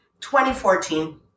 2014